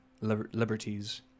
liberties